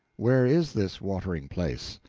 where is this watering place?